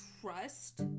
trust